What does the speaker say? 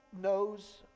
knows